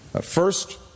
first